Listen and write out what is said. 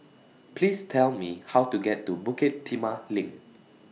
Please Tell Me How to get to Bukit Timah LINK